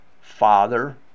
father